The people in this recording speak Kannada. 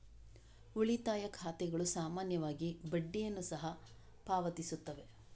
ಉಳಿತಾಯ ಖಾತೆಗಳು ಸಾಮಾನ್ಯವಾಗಿ ಬಡ್ಡಿಯನ್ನು ಸಹ ಪಾವತಿಸುತ್ತವೆ